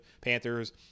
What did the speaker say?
Panthers